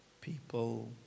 people